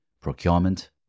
procurement